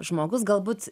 žmogus galbūt